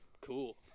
Cool